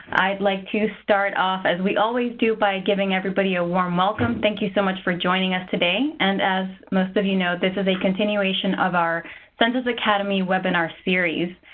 i'd like to start off, as we always do, by giving everybody a warm welcome. thank you so much for joining us today. and as most of you know, this is a continuation of our census academy webinar series.